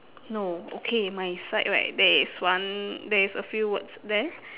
no okay my side right there is one there is a few words there